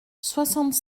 soixante